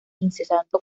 insensato